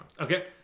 okay